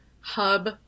hub